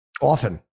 Often